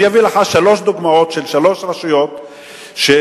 אני אביא לך שלוש דוגמאות של שלוש רשויות שמאז